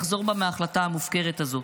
לחזור בה מההחלטה המופקרת הזו.